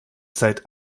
zeit